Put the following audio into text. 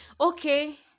okay